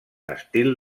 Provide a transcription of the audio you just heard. estil